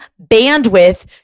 bandwidth